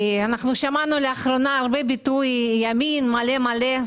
שמענו לאחרונה הרבה ביטויים כמו מלא מלא.